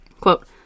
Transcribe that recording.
Quote